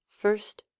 First